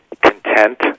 content